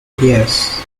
yes